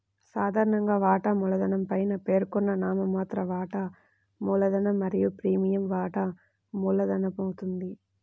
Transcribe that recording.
సాధారణంగా, వాటా మూలధనం పైన పేర్కొన్న నామమాత్ర వాటా మూలధనం మరియు ప్రీమియం వాటా మూలధనమవుతుంది